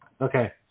Okay